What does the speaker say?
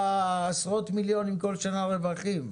היה עשרות מיליונים כל שנה רווחים,